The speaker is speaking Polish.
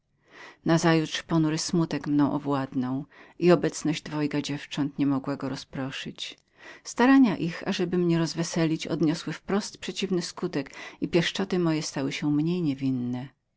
nazajutrz ponury smutek mnie owładnął i obecność dwojga dziewcząt nie mogła go rozproszyć starania ich przeciwny na mnie wpływ wywarły i pieszczoty moje były mniej niewinnemi